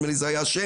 נדמה לי זה היה השם,